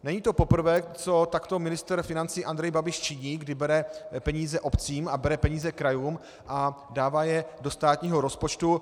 Není to poprvé, co takto ministr financí Andrej Babiš činí, kdy bere peníze obcím a bere peníze krajům a dává je do státního rozpočtu.